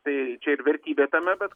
tai čia ir vertybė tame bet